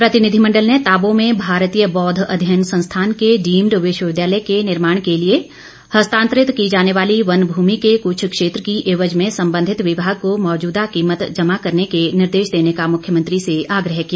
प्रतिनिधिमंडल ने ताबो में भारतीय बौद्ध अध्ययन संस्थान के डीम्ड विश्वविद्यालय के निर्माण के लिए हस्तांतरित की जाने वाली वन भूमि के कुछ क्षेत्र की एवज संबंधित विभाग को मौजूदा कीमत जमा करने के निर्देश देने का मुख्यमंत्री से आग्रह किया